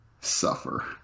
Suffer